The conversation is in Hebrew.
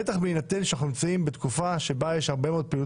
בטח בהינתן שאנחנו נמצאים בתקופה בה יש הרבה מאוד פעילות